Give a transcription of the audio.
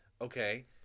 Okay